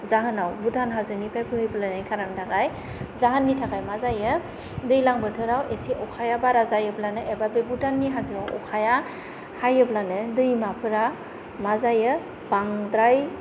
जाहोनाव भुटान हाजोनिफ्राय बोहैबोनाय कारननि थाखाय जाहोननि थाखाय मा जायो दैज्लां बोथोराव एसे अखाया बारा जायोब्लानो एबा बे भुटान नि हाजोआव अखाया हायोब्लानो दैमाफ्रा मा जायो बांद्राय